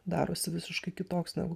darosi visiškai kitoks negu